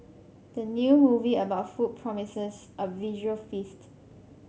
the new movie about food promises a visual feast